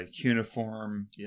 cuneiform